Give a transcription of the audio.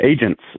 agents